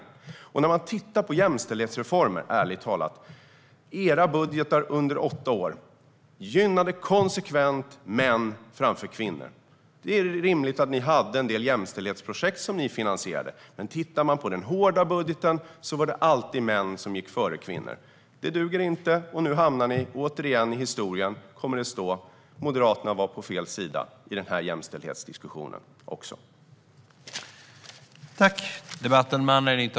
Ärligt talat, när det gäller jämställdhetsreformer, gynnades män framför kvinnor konsekvent i era budgetar under åtta år. Ni finansierade en del jämställdhetsprojekt. Men om man tittar på den hårda budgeten kan man se att män alltid gick före kvinnor. Det duger inte. Nu kommer det återigen att stå i historieböckerna att Moderaterna var på fel sida i den här jämställdhetsdiskussionen också.